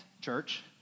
church